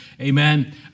amen